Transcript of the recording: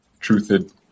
Truthed